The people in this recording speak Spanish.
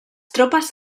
tropas